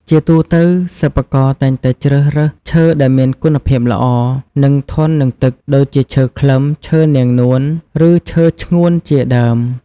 ជាទូទៅ សិប្បករតែងតែជ្រើសរើសឈើដែលមានគុណភាពល្អ និងធន់នឹងទឹក ដូចជាឈើខ្លឹម ឈើនាងនួន ឬឈើឈ្ងួនជាដើម។